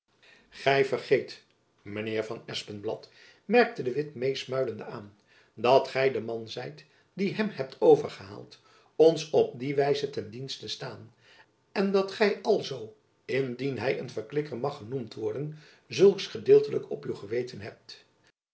gy vergeet mijn heer van espenblad merkte de witt meesmuilende aan dat gy de man zijt die hem hebt overgehaald ons op die wijze ten dienst te staan en dat gy alzoo indien hy een verklikker mag genoemd worden zulks gedeeltelijk op uw geweten hebt